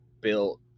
built